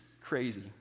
crazy